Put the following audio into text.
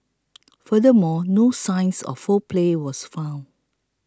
furthermore no signs of foul play were found